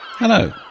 hello